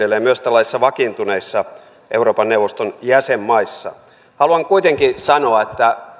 myös tällaisissa vakiintuneissa euroopan neuvoston jäsenmaissa haluan kuitenkin sanoa että pahin